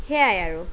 সেয়াই আৰু